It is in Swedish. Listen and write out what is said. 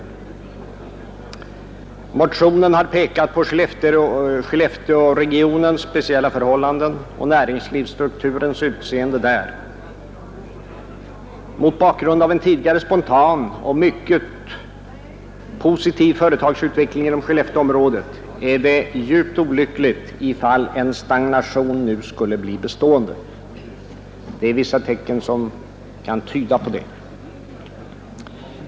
I motionen pekar jag på Skellefteåregionens speciella förhållanden och näringslivets struktur där. Mot bakgrund av en tidigare spontan och mycket positiv företagsutveckling inom Skellefteiområdet är det mycket olyckligt om en stagnation nu skulle bli bestående — vissa tecken tyder på det.